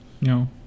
no